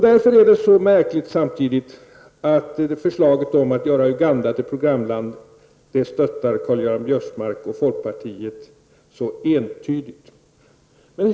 Därför är det mycket märkligt att Karl-Göran Biörsmark och folkpartiet så entydigt stöttar framlagda förslag om att göra Uganda till ett programland.